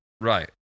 Right